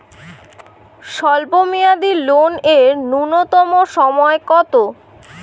স্বল্প মেয়াদী লোন এর নূন্যতম সময় কতো?